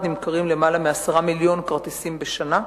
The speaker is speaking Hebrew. נמכרים יותר מ-10 מיליוני כרטיסים בשנה.